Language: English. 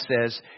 says